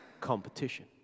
competition